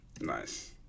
Nice